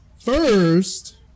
first